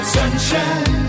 Sunshine